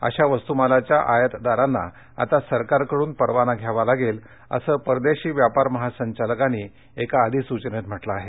अशा वस्तूमालाच्या आयातदारांना आता सरकारकडून परवाना घ्यावा लागेल असं परदेशी व्यापार महासंघालकांनी एका अधिसूचनेत म्हटलं आहे